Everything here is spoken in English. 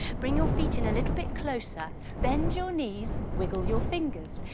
bring your feet in a little bit closer, bend your knees, wiggle your fingers,